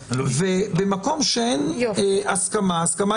את זה במקום באחריותו, ואז השגנו את שני הדברים.